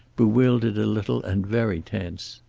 bewildered a little and very tense.